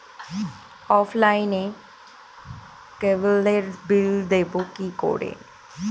অফলাইনে ক্যাবলের বিল দেবো কি করে?